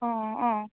অঁ অঁ অঁ